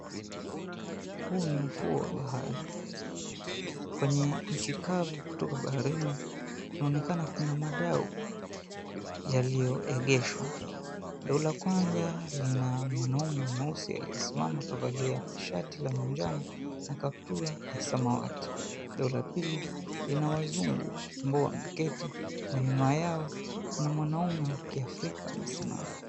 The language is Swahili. Huu ni ufuu wa bahari. Kwenye inchi kavu kutoka baharini, kunaonekana kuna madau yaliyoegeshwa. Dau la kwanza lina mwanaume mweusi aliyesimama kavalia shati la manjano na kaptura ya samawati. Dau la pili linawazungu ambao wameketi na nyuma yao kuna mwanaume wa kiafrika ambaye amesimama.